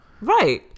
Right